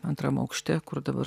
antram aukšte kur dabar